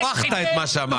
עכשיו הפכת את מה שאמרתי.